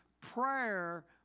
prayer